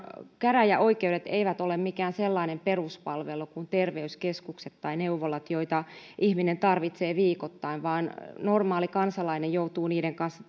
käräjäoikeudet eivät ole mikään sellainen peruspalvelu kuin terveyskeskukset tai neuvolat joita ihminen tarvitsee viikoittain vaan normaali kansalainen joutuu niiden kanssa